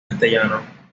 castellano